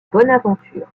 bonaventure